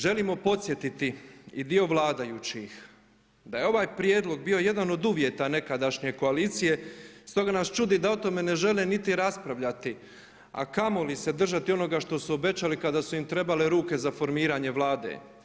Želimo podsjetiti i dio vladajućih da je ovaj prijedlog bio jedan od uvjeta nekadašnje koalicije stoga nas čudi da od tome ne žele niti raspravljati a kamoli se držati onoga što su obećali kada su im trebale ruke za formiranje Vlade.